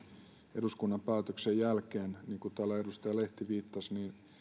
eduskunnan päätöksien jälkeen ja niin kuin täällä edustaja lehti viittasi